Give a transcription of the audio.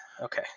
Okay